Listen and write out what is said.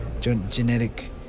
genetic